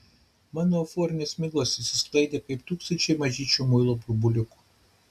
mano euforinės miglos išsisklaidė kaip tūkstančiai mažyčių muilo burbuliukų